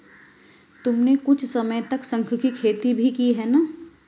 तुमने कुछ समय तक शंख की खेती भी की है ना?